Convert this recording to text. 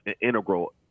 integral